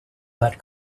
that